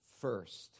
first